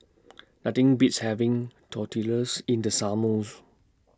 Nothing Beats having Tortillas in The Summer